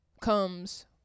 comes